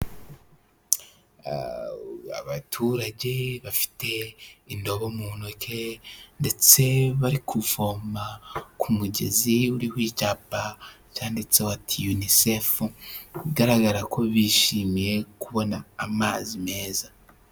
Abaturage bafite indobo mu ntoki ndetse bari kuvoma ku mugezi uriho icyapa cyanditseho ati yunisefu, bigaragara ko bishimiye kubona amazi meza.